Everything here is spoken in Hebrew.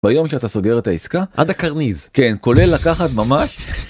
ביום שאתה סוגר את העסקה עד הקרניז כן כולל לקחת ממש.חחח…